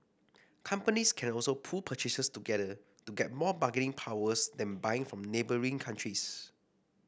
companies can also pool purchases together to get more bargaining powers then buying from neighbouring countries